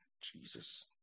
Jesus